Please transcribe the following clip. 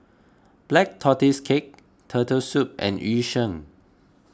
Black Tortoise Cake Turtle Soup and Yu Sheng